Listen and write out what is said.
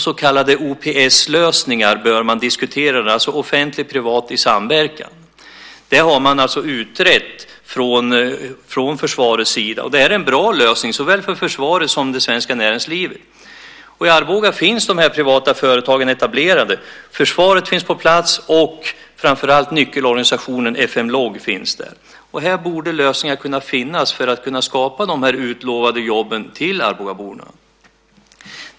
Så kallade OPS-lösningar bör man diskutera, alltså offentligt och privat i samverkan. Det har man utrett från försvarets sida, och det är en bra lösning, såväl för försvaret som det svenska näringslivet. I Arboga finns de privata företagen etablerade, försvaret finns på plats, och framför allt nyckelorganisationen FM Log finns där. Här borde lösningar kunna finnas för att man ska kunna skapa de utlovade jobben till arbogaborna.